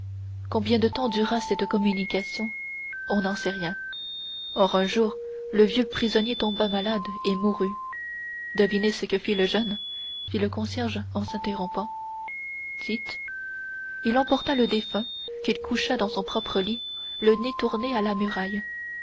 combien de temps dura cette communication on n'en sait rien or un jour le vieux prisonnier tomba malade et mourut devinez ce que fit le jeune fit le concierge en s'interrompant dites il emporta le défunt qu'il coucha dans son propre lit le nez tourné à la muraille